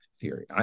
theory